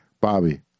Bobby